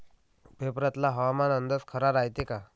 पेपरातला हवामान अंदाज खरा रायते का?